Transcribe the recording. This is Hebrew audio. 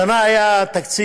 השנה היה תקציב